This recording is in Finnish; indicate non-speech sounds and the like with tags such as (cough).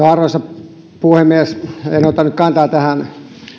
(unintelligible) arvoisa puhemies en ota nyt kantaa tähän